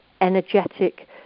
energetic